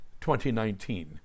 2019